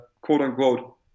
quote-unquote